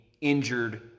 injured